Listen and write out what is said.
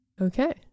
Okay